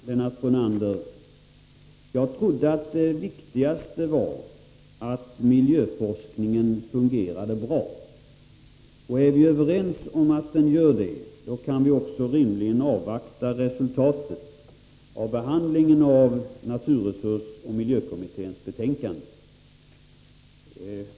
Herr talman! Jag trodde, Lennart Brunander, att det viktigaste var att miljövårdsforskningen fungerade bra. Om vi är överens om att den gör det, kan vi rimligen avvakta resultatet av behandlingen av naturresursoch miljökommitténs betänkande.